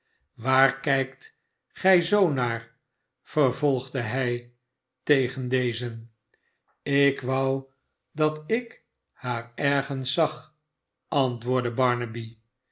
waar kijkt gij zoo naar vervolgde hij tegen dezen bt wou dat ik haar ergens zag antwoordde